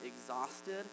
exhausted